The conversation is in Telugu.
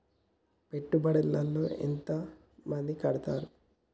పెట్టుబడుల లో ఎంత మంది కడుతరు?